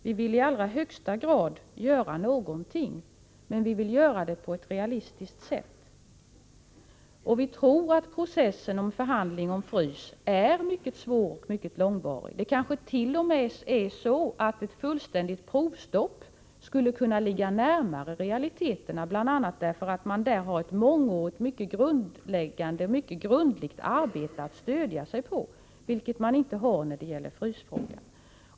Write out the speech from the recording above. Vi vill i allra högsta grad göra någonting, men vi vill göra det på ett realistiskt sätt. Vi tror att processen avseende förhandling om frysning är mycket svår och långvarig. Ett fullständigt provstopp skulle kanske t.o.m. ligga närmare realiteten, bl.a. därför att man har ett mångårigt mycket grundläggande och mycket grundligt arbete att stödja sig på — vilket man inte har när det gäller frysningsfrågan.